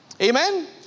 Amen